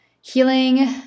healing